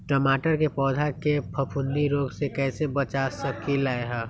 टमाटर के पौधा के फफूंदी रोग से कैसे बचा सकलियै ह?